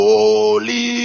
Holy